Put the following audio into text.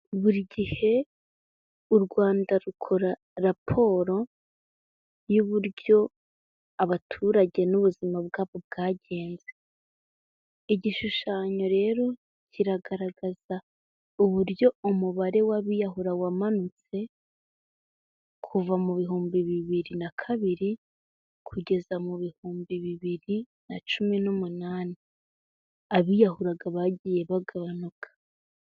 Buri gihe u Rwanda rukora raporo y'uburyo abaturage n'ubuzima bwabo bwagenze. Igishushanyo rero kiragaragaza uburyo umubare w'abiyahura wamanutse, kuva mu bihumbi bibiri na kabiri, kugeza mu bihumbi bibiri na cumi n'umunani. Abiyahuraga bagiye bagabanuka.